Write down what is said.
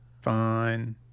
Fine